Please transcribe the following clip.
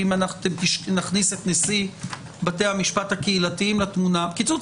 כי אם נכניס לתמונה את נשיא בתי המשפט הקהילתיים בקיצור,